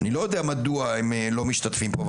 אני לא יודע מדוע הם לא משתתפים פה.